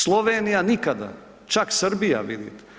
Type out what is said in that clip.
Slovenija nikada, čak Srbija, vidite.